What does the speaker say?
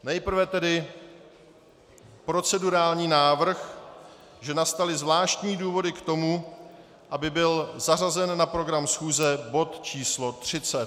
Nejprve tedy procedurální návrh, že nastaly zvláštní důvody k tomu, aby byl zařazen na program schůze bod číslo 30.